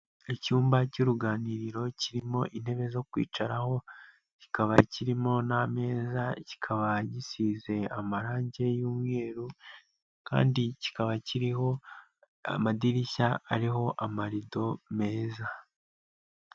Icyumba cy'uruganiriro kirimo intebe zo kwicaraho, kikaba kirimo n'amezaza kikaba gisize amarangi y'umweru kandi kikaba kiriho amadirishya ariho amarido meza.